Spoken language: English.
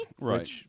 Right